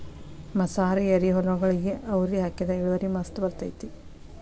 ಮಸಾರಿ ಎರಿಹೊಲಗೊಳಿಗೆ ಅವ್ರಿ ಹಾಕಿದ್ರ ಇಳುವರಿ ಮಸ್ತ್ ಬರ್ತೈತಿ